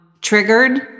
triggered